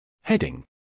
Heading